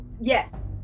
Yes